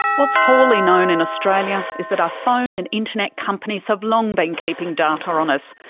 what's poorly known in australia is that our phone and internet companies have long been keeping data on us.